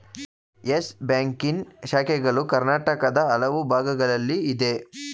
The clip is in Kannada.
ಯಸ್ ಬ್ಯಾಂಕಿನ ಶಾಖೆಗಳು ಕರ್ನಾಟಕದ ಹಲವು ಭಾಗಗಳಲ್ಲಿ ಇದೆ